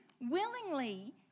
willingly